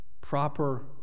Proper